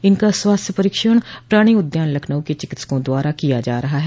इनका स्वास्थ्य परीक्षण प्राणि उद्यान लखनऊ के चिकित्सकों द्वारा किया जा रहा है